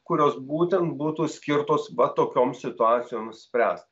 kurios būtent būtų skirtos va tokioms situacijoms spręst